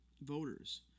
voters